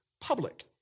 Public